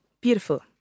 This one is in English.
Beautiful